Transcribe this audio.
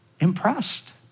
impressed